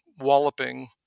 walloping